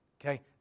okay